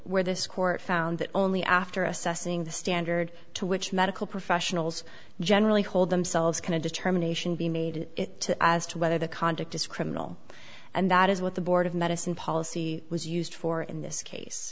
this court found that only after assessing the standard to which medical professionals generally hold themselves can a determination be made to as to whether the conduct is criminal and that is what the board of medicine policy was used for in this case